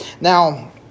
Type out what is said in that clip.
Now